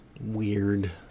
weird